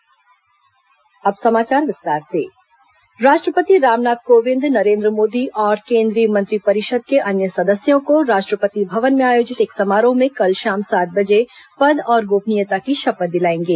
नरेन्द्र मोदी शपथ राष्ट्रपति रामनाथ कोविंद नरेन्द्र मोदी और केंद्रीय मंत्रिपरिषद के अन्य सदस्यों को राष्ट्रपति भवन में आयोजित एक समारोह में कल शाम सात बजे पद और गोपनीयता की शपथ दिलाएंगे